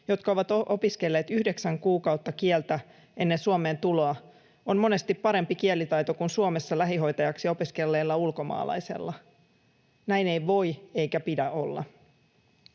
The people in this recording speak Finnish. jotka ovat opiskelleet yhdeksän kuukautta kieltä ennen Suomeen tuloa, on monesti parempi kielitaito kuin Suomessa lähihoitajaksi opiskelleella ulkomaalaisella. Näin ei voi eikä pidä olla.